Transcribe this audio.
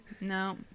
No